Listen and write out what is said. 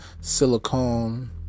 silicone